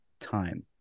time